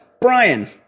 Brian